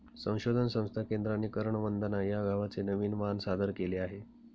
संशोधन संस्था केंद्राने करण वंदना या गव्हाचे नवीन वाण सादर केले आहे